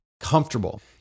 comfortable